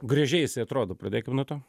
gražiai jisai atrodo pradėkim nuo to